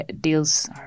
deals